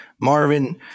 Marvin